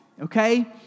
Okay